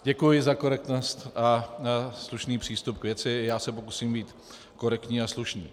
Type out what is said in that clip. Děkuji za korektnost a slušný přístup k věci, i já se pokusím být korektní a slušný.